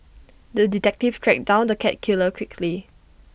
the detective tracked down the cat killer quickly